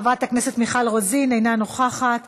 חברת הכנסת מיכל רוזין, אינה נוכחת.